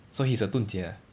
so he's a dun jie ah